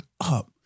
up